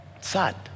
Sad